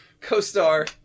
Co-star